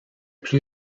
plus